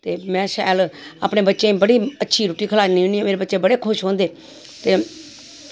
ते में शैल अपने बच्चें गी बड़ी अच्छी रुट्टी खलानी होनी ते मेरे बच्चे बड़े खुश होंदे